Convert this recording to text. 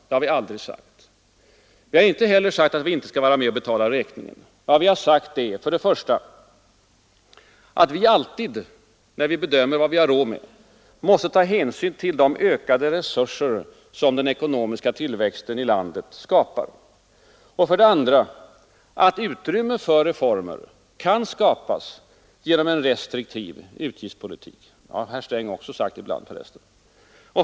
Det har vi aldrig sagt. Vi har inte heller sagt att vi inte skall vara med och betala räkningen. Vad vi har sagt är för det första att vi alltid, när vi bedömer vad landet har råd med, måste ta hänsyn till de ökade resurser som den ekonomiska tillväxten skapar. För det andra har vi sagt att utrymme för reformer kan skapas genom en restriktiv utgiftspolitik. Det har herr Sträng också sagt ibland för resten.